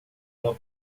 uma